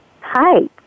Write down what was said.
Hi